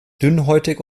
dünnhäutig